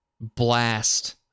blast